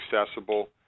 accessible